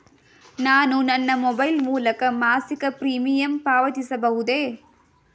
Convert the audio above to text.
ನಾನು ನನ್ನ ಮೊಬೈಲ್ ಮೂಲಕ ಮಾಸಿಕ ಪ್ರೀಮಿಯಂ ಪಾವತಿಸಬಹುದೇ?